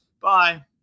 bye